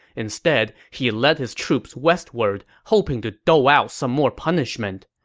instead, he led his troops westward, hoping to dole out some more punishment.